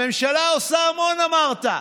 הממשלה עושה המון, אמרת.